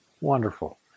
Wonderful